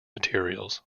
materials